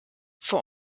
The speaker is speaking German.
vor